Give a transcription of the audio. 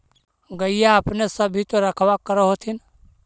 गईया अपने सब भी तो रखबा कर होत्थिन?